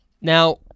now